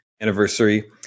anniversary